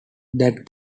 that